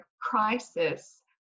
crisis